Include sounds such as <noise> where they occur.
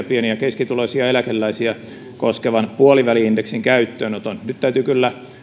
<unintelligible> pieni ja keskituloisia eläkeläisiä koskevan puoliväli indeksin käyttöönoton nyt täytyy kyllä